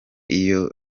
iyo